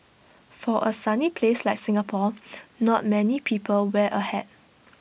for A sunny place like Singapore not many people wear A hat